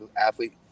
athlete